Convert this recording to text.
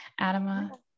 Adama